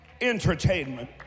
entertainment